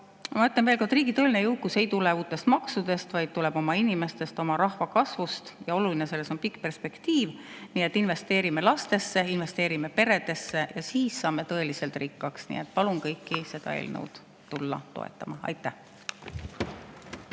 Ma ütlen veel kord, riigi tõeline jõukus ei tule uutest maksudest, vaid tuleb oma inimestest, oma rahva kasvust. Ja oluline selles on pikk perspektiiv. Nii et investeerime lastesse, investeerime peredesse, siis saame tõeliselt rikkaks. Palun kõiki seda eelnõu tulla toetama! Aitäh!